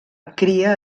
cria